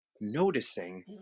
noticing